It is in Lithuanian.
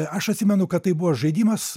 aš atsimenu kad tai buvo žaidimas